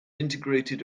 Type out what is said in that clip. integrated